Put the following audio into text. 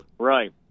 Right